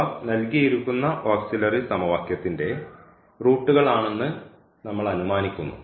എന്നിവ നൽകിയിരിക്കുന്ന ഓക്സിലറി സമവാക്യത്തിൻറെ റൂട്ടുകൾ ആണെന്ന് നമ്മൾ അനുമാനിക്കുന്നു